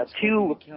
two